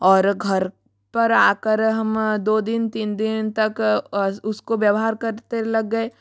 और घर पर आ कर हम दो दिन तीन दिन तक उसको व्यवहार करते लग गए